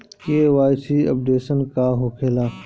KYC updation का होखेला?